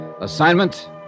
Assignment